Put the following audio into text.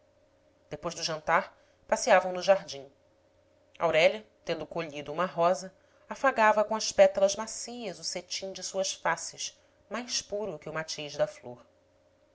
depois do jantar passeavam no jardim aurélia tendo colhido uma rosa afagava com as pétalas macias o cetim de suas faces mais puro que o matiz da flor